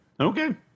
Okay